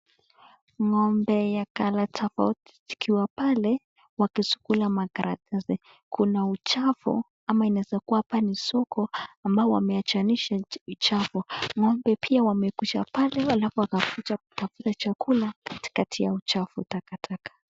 Ngombe ya (colour) tafauti zikiwa pale wakizikula makaratasi kuna uchafu ama inaezakuwa hapa ni soko ambao wameachanisha uchafu ngombe pia wamekwisha pale alafu wakakuja kutafuta chakula katikati ya uchafu takataka